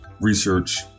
research